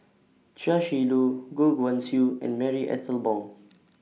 Chia Shi Lu Goh Guan Siew and Marie Ethel Bong